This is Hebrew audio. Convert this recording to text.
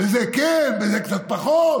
בזה כן, בזה קצת פחות.